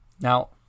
Now